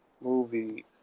movie